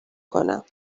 کنم